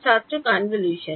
ছাত্র কনভলিউশন